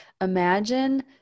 imagine